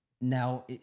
Now